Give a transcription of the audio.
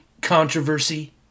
controversy